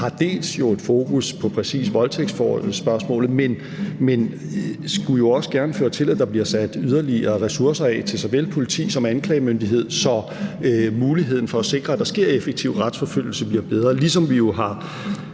har jo et fokus på præcis voldtægtsforholdets spørgsmål, men skulle jo også gerne føre til, at der bliver sat yderligere ressourcer af til såvel politi som anklagemyndighed, så muligheden for at sikre, at der sker effektiv retsforfølgelse, bliver bedre, ligesom vi